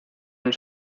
los